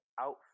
outfit